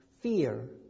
fear